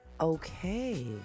Okay